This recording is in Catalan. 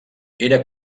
era